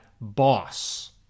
boss